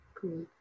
Cool